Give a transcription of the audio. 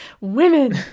women